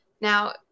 Now